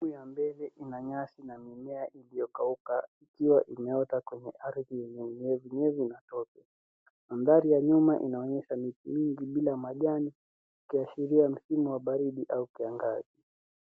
Sehemu ya mbele ina nyasi na mimea iliyokauka ikiwa imeota kwenye ardhi yenye unyevunyevu na tope. Mandhari ya nyuma inaonyesha miti mingi bila majani ikiashiria msimu wa baridi au kiangazi.